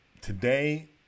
today